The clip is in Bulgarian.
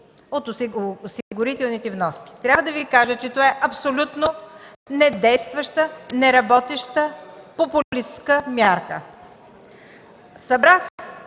от осигурителните вноски. Трябва да Ви кажа, че това е абсолютно недействаща, неработеща популистка мярка. Събрах